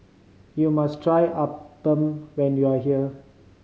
you must try appam when you are here